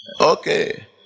Okay